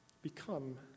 Become